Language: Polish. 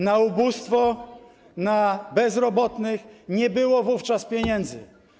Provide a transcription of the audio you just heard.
Na ubóstwo, na bezrobotnych nie było wówczas pieniędzy.